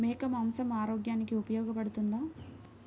మేక మాంసం ఆరోగ్యానికి ఉపయోగపడుతుందా?